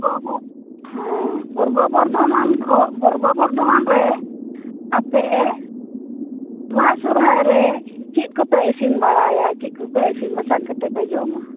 ᱯᱩᱨᱵᱚ ᱵᱚ ᱦᱮᱸ ᱯᱩᱨᱵᱚ ᱵᱚᱨᱫᱷᱚᱢᱟᱱ ᱠᱷᱚᱱ ᱯᱩᱨᱵᱚ ᱵᱚᱨᱫᱷᱚᱢᱟᱱ ᱨᱮ ᱟᱯᱮ ᱵᱟᱦᱟ ᱥᱚᱨᱦᱟᱭ ᱨᱮ ᱪᱮᱫ ᱠᱚᱯᱮ ᱤᱥᱤᱱ ᱵᱟᱲᱟᱭᱟ ᱪᱮᱫ ᱠᱚᱯᱮ ᱤᱥᱤᱱ ᱵᱟᱥᱟᱝ ᱠᱟᱛᱮ ᱯᱮ ᱡᱚᱢᱟ